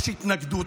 יש התנגדות,